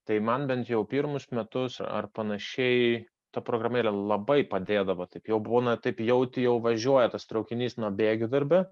tai man bent jau pirmus metus ar panašiai ta programėlė labai padėdavo taip jau būna taip jauti jau važiuoja tas traukinys nuo bėgių darbe